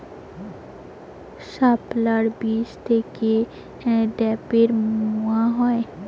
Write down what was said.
শাপলার বীজ থেকে ঢ্যাপের মোয়া হয়?